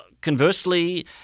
conversely